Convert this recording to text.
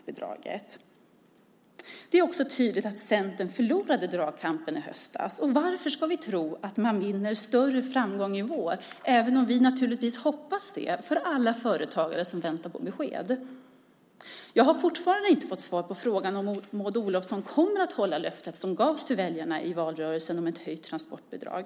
Vidare är det tydligt att Centern förlorade dragkampen i höstas. Varför ska vi tro att de vinner större framgång i vår? Vi hoppas naturligtvis att så blir fallet med tanke på alla företagare som väntar på besked. Jag har fortfarande inte fått svar på frågan om Maud Olofsson kommer att hålla löftet som gavs till väljarna i valrörelsen om ett höjt transportbidrag.